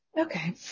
Okay